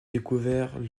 découvert